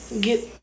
get